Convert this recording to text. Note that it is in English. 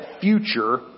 future